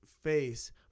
face